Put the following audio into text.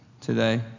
today